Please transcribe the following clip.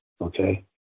okay